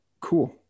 Cool